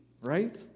right